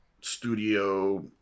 studio